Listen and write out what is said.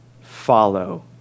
Follow